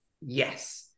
yes